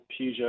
Peugeot